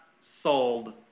sold